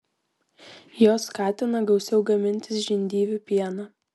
jos skatina gausiau gamintis žindyvių pieną